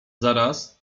zaraz